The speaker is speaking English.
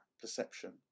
perception